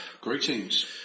Greetings